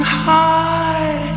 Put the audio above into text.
high